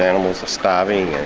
animals are starving.